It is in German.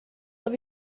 auf